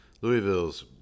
Louisville's